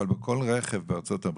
אבל בכל רכב בארצות הברית,